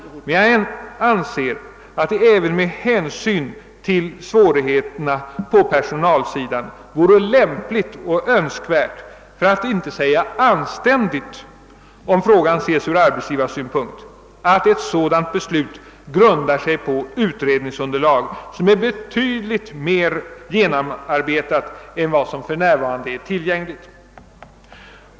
Men jag anser att det även med hänsyn till svårigheterna på personalsidan vore lämpligt och önskvärt — för att inte säga anständigt, om frågan ses ur arbetsgivarsynpunkt att ett sådant beslut grundar sig på ett utredningsunderlag som är betydligt mer genomarbetat än det som för närvarande är tillgängligt.